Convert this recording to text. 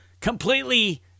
completely